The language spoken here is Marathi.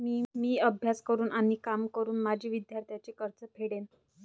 मी अभ्यास करून आणि काम करून माझे विद्यार्थ्यांचे कर्ज फेडेन